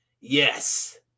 yes